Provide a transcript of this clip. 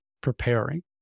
preparing